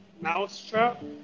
Mousetrap